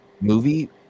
movie